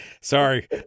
Sorry